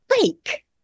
fake